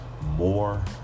more